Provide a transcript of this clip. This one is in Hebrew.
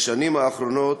בשנים האחרונות,